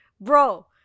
bro